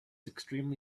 extremely